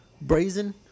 brazen